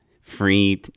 free